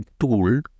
tool